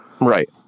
Right